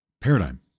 paradigm